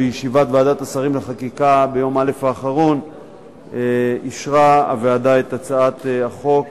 בישיבת ועדת השרים לחקיקה ביום א' האחרון אישרה הוועדה את הצעת החוק